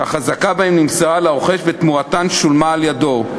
שהחזקה בהן נמסרה לרוכש ותמורתן שולמה על-ידו.